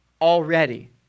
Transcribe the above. already